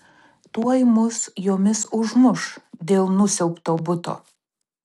tuoj mus jomis užmuš dėl nusiaubto buto